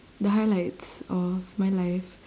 the highlights of my life